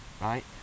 right